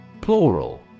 Plural